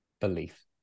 belief